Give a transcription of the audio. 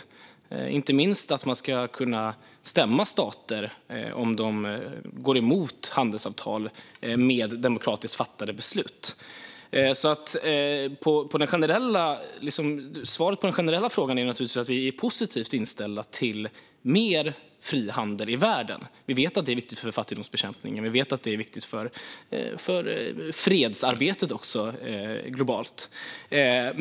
Det gäller inte minst att man ska kunna stämma stater om de går emot handelsavtal med demokratiskt fattade beslut. Svaret på den generella frågan är att vi är positivt inställda till mer frihandel i världen. Vi vet att det är viktigt för fattigdomsbekämpningen och också för fredsarbetet globalt.